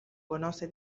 conoce